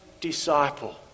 disciple